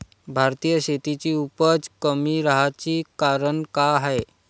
भारतीय शेतीची उपज कमी राहाची कारन का हाय?